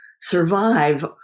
survive